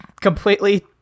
completely